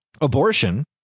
abortion